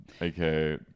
aka